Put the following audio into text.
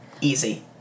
Easy